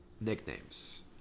nicknames